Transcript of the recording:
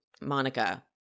Monica